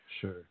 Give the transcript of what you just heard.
Sure